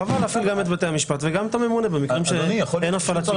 חבל להפעיל גם את בתי המשפט וגם את הממונה במקרים שאין צורך.